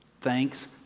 Thanks